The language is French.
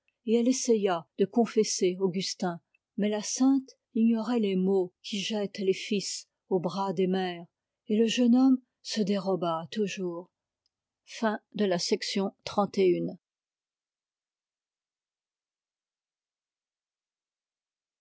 et elle essaya de confesser augustin mais la sainte ignorait les mots qui jettent les fils aux bras des mères et le jeune homme se déroba toujours